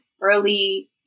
early